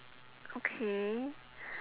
okay